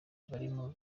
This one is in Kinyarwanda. barimo